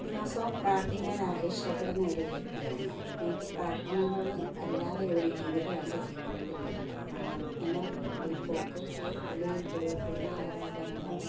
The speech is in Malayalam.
ദിവസവും പ്രാർത്ഥിക്കാൻ ഇഷ്ടപ്പെടുന്നൊരു വ്യക്തിയാണ് ഞാൻ എനിക്ക് പ്രാർത്ഥനകൾ അല്ലാതെ ഒരു ജീവിതം എൻ്റെ ജീവിതത്തിലില്ല പ്രാർത്ഥന പള്ളിയിൽ പോക്ക് പള്ളിയിൽ പോയിട്ടുള്ള ആരാധനകൾ